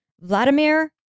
Vladimir